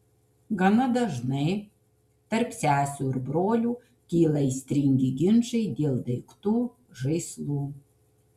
gana dažnai tarp sesių ir brolių kyla aistringi ginčai dėl daiktų žaislų